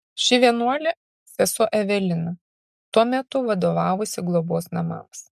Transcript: ši vienuolė sesuo evelina tuo metu vadovavusi globos namams